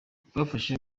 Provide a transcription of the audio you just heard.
bafashe